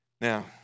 Now